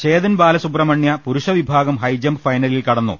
ചേതൻ ബാലസുബ്രഹ്മണ്യ പുരുഷവിഭാഗം ഹൈജംപ് ഫൈനലിൽ കടന്നു